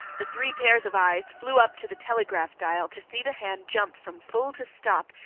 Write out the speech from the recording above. the three pairs of eyes flew up to the telegraph dial to see the hand jump from full to stop,